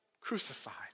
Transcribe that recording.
crucified